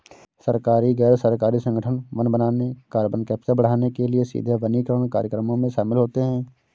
सरकारी, गैर सरकारी संगठन वन बनाने, कार्बन कैप्चर बढ़ाने के लिए सीधे वनीकरण कार्यक्रमों में शामिल होते हैं